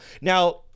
Now